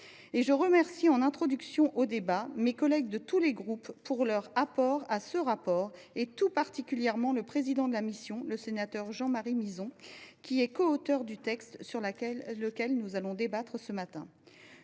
je remercie mes collègues de tous les groupes pour leurs apports à ce rapport, et tout particulièrement le président de la mission, Jean Marie Mizzon, qui est coauteur du texte sur lequel nous allons débattre ce matin.